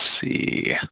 see